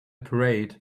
parade